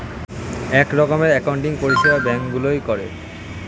এক রকমের অ্যাকাউন্টিং পরিষেবা ব্যাঙ্ক গুলোয় করে